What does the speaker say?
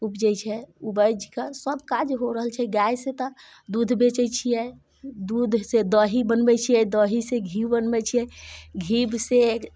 उपजै छै उपजि कऽ सभ काज हो रहल छै गायसँ तऽ दूध बेचैत छियै दूधसँ दही बनबै छियै दहीसँ घी बनबै छियै घीसँ